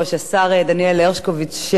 שהגה את רעיון הקיזוז החיובי,